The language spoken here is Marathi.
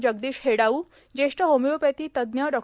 जगदीश हेडाऊ ज्येष्ठ होमिओपॅथी तज्ज्ञ डॉ